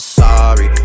sorry